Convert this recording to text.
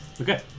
Okay